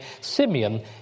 Simeon